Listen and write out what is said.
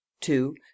two